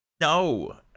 no